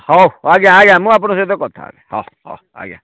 ହଉ ଆଜ୍ଞା ଆଜ୍ଞା ମୁଁ ଆପଣଙ୍କ ସହିତ କଥା ହେବି ହଉ ହଉ ଆଜ୍ଞା